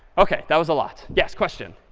ok, that was a lot. yes, question.